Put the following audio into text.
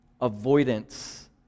avoidance